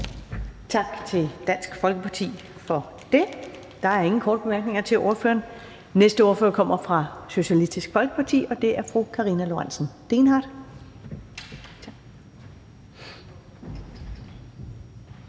det til Dansk Folkeparti. Der er ingen korte bemærkninger til ordføreren. Næste ordfører kommer fra Socialistisk Folkeparti, og det er fru Karina Lorentzen Dehnhardt.